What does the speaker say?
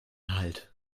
halt